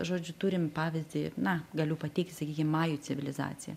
žodžiu turim pavyzdį na galiu pateikti sakykim majų civilizacija